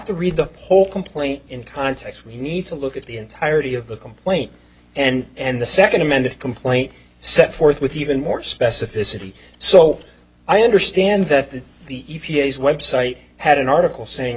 to read the whole complaint in context we need to look at the entirety of the complaint and the second amended complaint set forth with even more specificity so i understand that the e p a s web site had an article saying